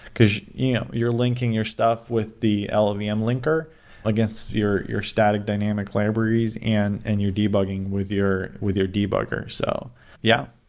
because yeah you're linking your stuff with the ah llvm yeah um linker against your your static dynamic libraries and and you're debugging with your with your debugger. so yeah,